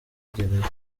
gereza